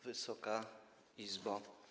Wysoka Izbo!